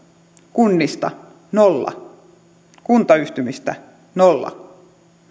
kunnista nolla prosenttia kuntayhtymistä nolla prosenttia